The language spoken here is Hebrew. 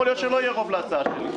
ויכול להיות שלא יהיה רוב להצעה שלי.